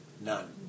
None